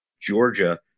Georgia